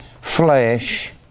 flesh